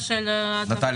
וסטטיסטיקה